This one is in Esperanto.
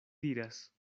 diras